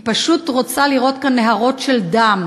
היא פשוט רוצה לראות כאן נהרות של דם,